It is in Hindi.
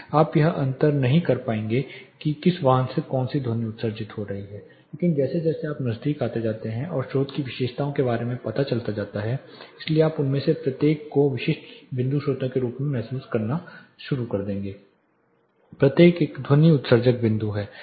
आप यह अंतर नहीं कर पाएंगे कि किस वाहन से कौन सी ध्वनि उत्सर्जित हो रही है लेकिन जैसे जैसे आप नजदीक आते जाते हैं और स्रोत की विशेषताओं के बारे में पता चलता जाता है इसलिए आप उनमें से प्रत्येक को विशिष्ट बिंदु स्रोतों के रूप में महसूस करना शुरू कर देंगे प्रत्येक एक ध्वनि उत्सर्जक बिंदु है